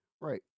Right